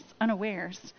unawares